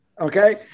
Okay